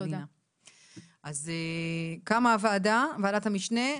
אז קמה הוועדה, ועדת המשנה.